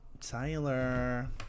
Tyler